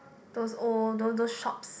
those old those those shops